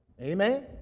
Amen